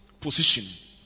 position